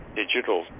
digital